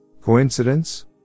Coincidence